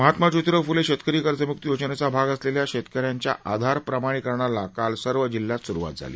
महात्मा ज्योतीराव फुले शेतकरी कर्जमुक्ती योजनेचा भाग असलेल्या शेतकऱ्यांच्या आधार प्रमाणीकरणाला काल सर्व जिल्ह्यात स्रुवात झाली